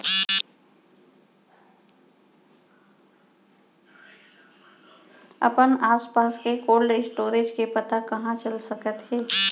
अपन आसपास के कोल्ड स्टोरेज के पता कहाँ चल सकत हे?